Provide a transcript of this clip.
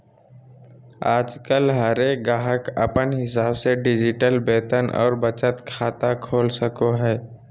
आजकल हरेक गाहक अपन हिसाब से डिजिटल वेतन और बचत खाता खोल सको हय